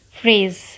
phrase